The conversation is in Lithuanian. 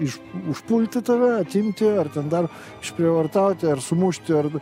iš užpulti tave atimti ar dar išprievartauti ar sumušti ar